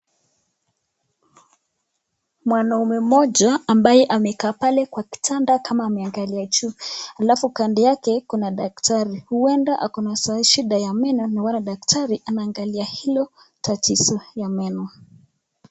Mwanaume moja ambaye amekaa pale kwa kitanda kama ameangalia juu alfu kando kun daktari huenda akona shida ya meno daktari anaangalia hiyo tatizo ya meno.